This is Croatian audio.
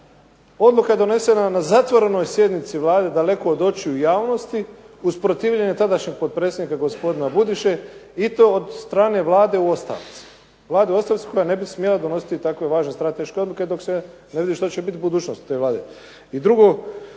odluka je donesena na zatvorenoj sjednici Vlade daleko od očiju javnosti uz protivljenje tadašnjeg potpredsjednika gospodina Budiše i to od strane Vlade u ostavci. Vlade u ostavci koja ne bi smjela donositi takve važne, strateške odluke dok se ne vidi što će biti budućnost te Vlade.